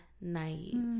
naive